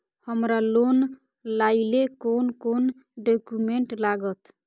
हमरा लोन लाइले कोन कोन डॉक्यूमेंट लागत?